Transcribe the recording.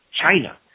China